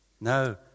No